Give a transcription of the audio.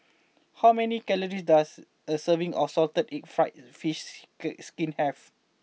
how many calories does a serving of Salted Egg Fried Fish ski Skin have